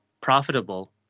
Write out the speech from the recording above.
profitable